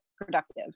productive